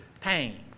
pain